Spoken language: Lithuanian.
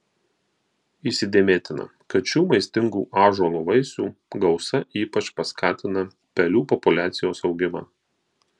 įsidėmėtina kad šių maistingų ąžuolo vaisių gausa ypač paskatina pelių populiacijos augimą